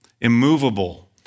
immovable